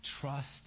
Trust